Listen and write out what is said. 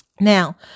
Now